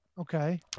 Okay